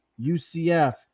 UCF